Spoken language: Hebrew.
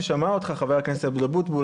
ששמע אותך חבר הכנסת אבוטבול,